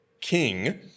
king